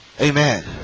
Amen